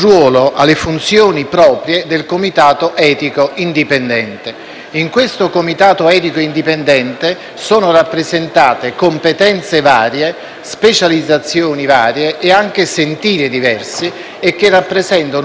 del Comitato etico indipendente, dove sono rappresentate competenze e specializzazioni varie e anche sentieri diversi, che rappresentano un punto di riferimento certo. Si tratta di una sorta di stanza di compensazione,